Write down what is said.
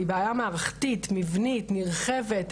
היא בעיה מערכתית, מבנית, נרחבת.